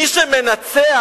מי שמנצח,